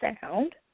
sound